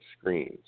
screens